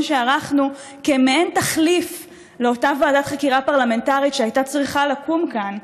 שערכנו כמעין תחליף לאותה ועדת חקירה פרלמנטרית שהייתה צריכה לקום כאן.